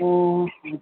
ए